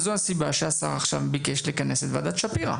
זאת הסיבה שהשר ביקש לכנס את ועדת שפירא,